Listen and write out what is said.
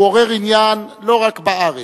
הוא עורר עניין לא רק בארץ,